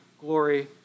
glory